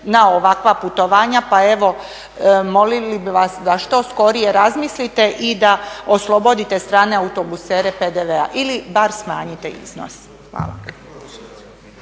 na ovakva putovanja. Pa evo molili bi vas da što skorije razmislite i da oslobodite strane autobusere PDV-a ili bar smanjite iznos. Hvala.